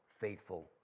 faithful